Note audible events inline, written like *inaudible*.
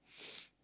*noise*